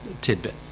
tidbit